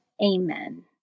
Amen